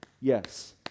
yes